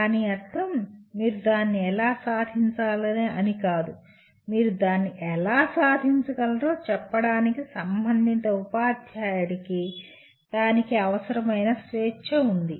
దాని అర్థం మీరు దాన్ని ఎలా సాధించాలి అని కాదు మీరు దాన్ని ఎలా సాధించగలరో చెప్పడానికి సంబంధిత ఉపాధ్యాయుడికి దానికి అవసరమైన స్వేచ్ఛ ఉంది